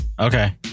okay